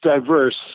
diverse